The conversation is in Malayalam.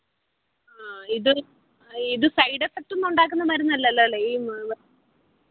ആ ഇത് ഇത് സൈഡ് എഫ്ഫെക്റ്റൊന്നും ഉണ്ടാക്കുന്ന മരുന്നല്ലല്ലോ അല്ലേ ഈ